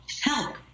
help